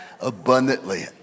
abundantly